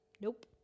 nope